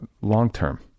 long-term